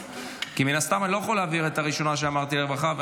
כי מן הסתם אני לא יכול להעביר את הראשונה שאמרתי לרווחה,